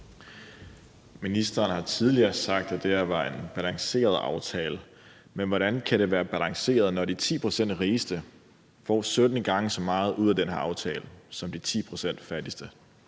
Ministeren har tidligere sagt, at det her var en balanceret aftale, men hvordan kan den være balanceret, når de 10 pct. rigeste får 17 gange så meget ud af den her aftale som de 10 pct. fattigste?